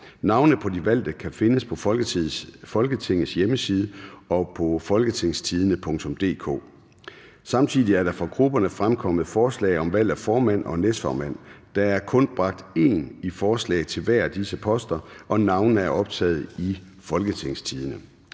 Navnene på de valgte kan findes på Folketingets hjemmeside og på www.folketingstidende.dk (jf. nedenfor). Samtidig er der fra grupperne fremkommet forslag om valg af formand og næstformand. Der er kun bragt én i forslag til hver af disse poster, og navnene kan også findes på www.folketingstidende.dk